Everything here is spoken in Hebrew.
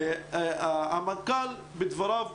נראה לי שהמנכ"ל בדבריו